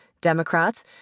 Democrats